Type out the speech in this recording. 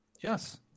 Yes